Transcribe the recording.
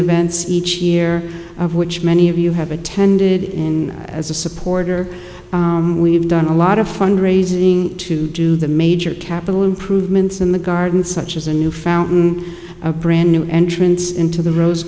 events each year of which many of you have attended in as a supporter we have done a lot of fund raising to do the major capital improvements in the garden such as a new fountain a brand new entrance into the rose